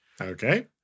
Okay